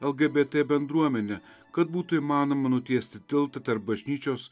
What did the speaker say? lgbt bendruomenę kad būtų įmanoma nutiesti tiltą tarp bažnyčios